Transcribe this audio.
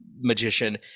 magician